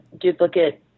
duplicate